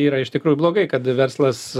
yra iš tikrųjų blogai kad verslas